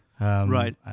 Right